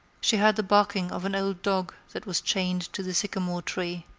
she heard the barking of an old dog that was chained to the sycamore tree.